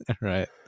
Right